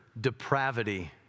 depravity